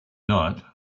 night